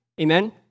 Amen